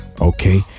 Okay